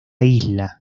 isla